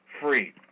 free